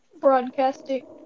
Broadcasting